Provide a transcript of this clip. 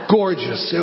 gorgeous